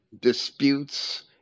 disputes